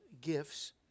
gifts